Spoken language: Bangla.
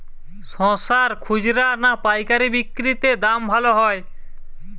শশার খুচরা না পায়কারী বিক্রি তে দাম ভালো হয়?